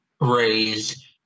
raise